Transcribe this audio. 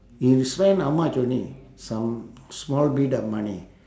you spend how much only some small bit of money